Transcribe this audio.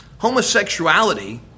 Homosexuality